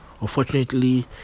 Unfortunately